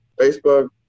Facebook